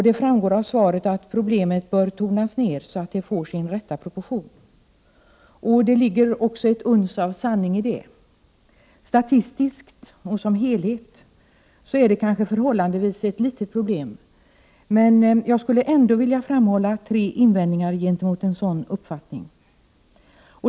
Det framgår av svaret att problemet bör tonas ned så att det får sin rätta proportion. Det ligger också ett uns av sanning i detta. Statistiskt och som helhet är det kanske ett förhållandevis litet problem. Men jag skulle ändå vilja framhålla tre invändningar mot en sådan uppfattning.